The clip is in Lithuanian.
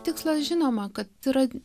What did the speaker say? tikslas žinoma kad yra